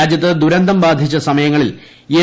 രാജ്യത്ത് ദുരന്തം ബാധിച്ച സമയങ്ങളിൽ എൻ